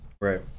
Right